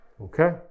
Okay